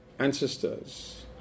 ancestors